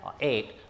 eight